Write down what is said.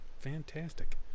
Fantastic